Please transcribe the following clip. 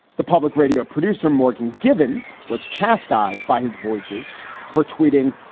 the public radio producer, morgan givens, was chastised by his voices for tweeting.